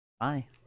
bye